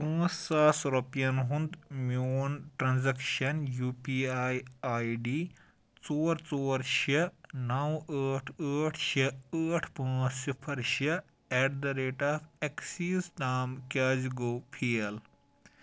پانٛژھ ساس رۄپین ہُنٛد میون transaction U P I I D ژور ژور شےٚ نَو ٲٹھ ٲٹھ شےٚ ٲٹھ پانٛژھ سِفَر شےٚ at the rate of Axis تام کیٛازِ گوٚو فیل